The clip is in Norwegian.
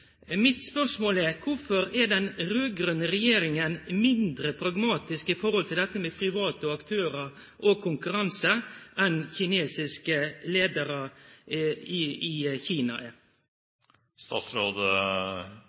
Mitt spørsmål er: Kvifor er den raud-grøne regjeringa mindre pragmatisk når det gjeld dette med private aktørar og konkurranse, enn kinesiske leiarar i Kina